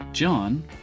John